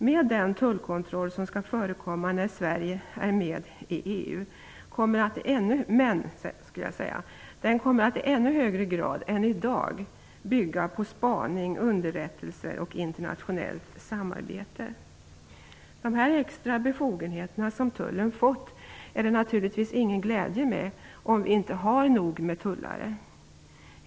Men den tullkontroll som skall förekomma när Sverige är med i EU kommer att i ännu högre grad än i dag bygga på spaning, underrättelse och internationellt samarbete. De extra befogenheter som tullen fått är det naturligtvis ingen glädje med om vi inte har nog med tullare.